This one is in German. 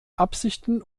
absichten